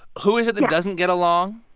who is it that doesn't get along?